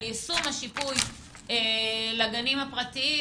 על יישום השיפוי לגנים הפרטיים,